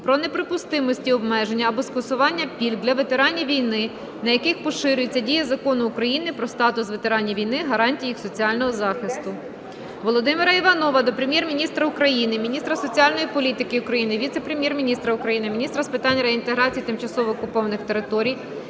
про неприпустимість обмеження або скасування пільг для ветеранів війни, на яких поширюється дія Закону України "Про статус ветеранів війни, гарантії їх соціального захисту". Володимира Іванова до Прем'єр-міністра України, міністра соціальної політики України, віце-прем'єр-міністра України - міністра з питань реінтеграції тимчасово окупованих територій,